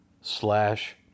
slash